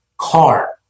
car